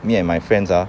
me and my friends ah